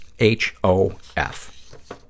H-O-F